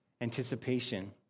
anticipation